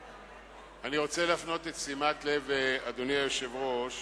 אני רוצה להפנות את תשומת לב אדוני היושב-ראש